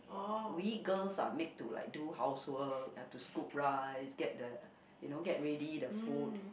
we girls are made to like do housework have to scoop rice get the you know get ready the food